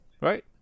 right